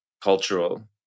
cultural